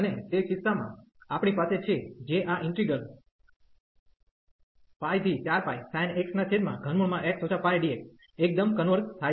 અને તે કિસ્સામાં આપણી પાસે છે જે આ integral 4πsin x 3x πdx એકદમ કન્વર્ઝ થાય છે